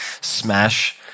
smash